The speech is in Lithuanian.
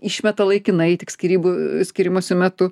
išmeta laikinai tik skyrybų skyrimosi metu